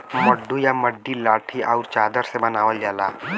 मड्डू या मड्डा लाठी आउर चादर से बनावल जाला